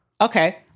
Okay